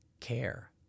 care